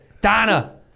Donna